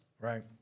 Right